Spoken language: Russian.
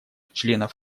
членов